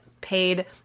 paid